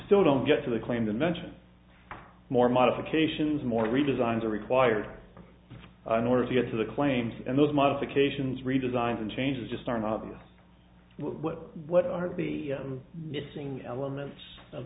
still don't get to the claim to mention more modifications more redesigns are required in order to get to the claims and those modifications redesigns and changes just aren't obvious what what are the i'm missing elements